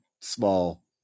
small